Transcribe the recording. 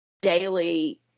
daily